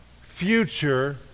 future